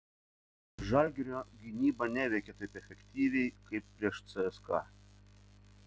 žalgirio gynyba neveikė taip efektyviai kaip prieš cska